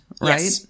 right